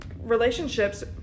relationships